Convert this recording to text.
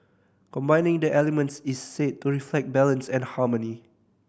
combining the elements is said to reflect balance and harmony